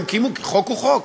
הם קיימו, כי חוק הוא חוק.